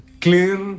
clear